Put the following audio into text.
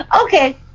Okay